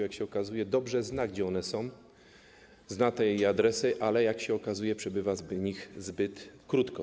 Jak się okazuje, on dobrze wie, gdzie one są, zna te adresy, ale jak się okazuje, przebywa w nich zbyt krótko.